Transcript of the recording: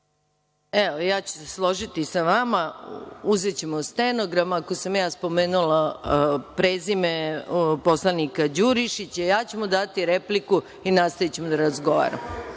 Evo, složiću se sa vama. Uzećemo stenogram. Ako sam ja spomenula prezime poslanika Đurišića, ja ću mu dati repliku i nastavićemo da razgovaramo.